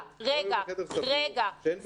לא היו בחדר סגור שאין בו אוורור.